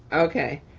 okay,